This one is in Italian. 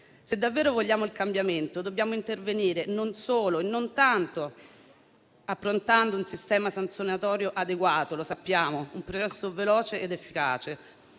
Se davvero vogliamo il cambiamento, dobbiamo intervenire non solo e non tanto approntando un sistema sanzionatorio adeguato - lo sappiamo - e un processo veloce ed efficace.